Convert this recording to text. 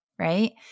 right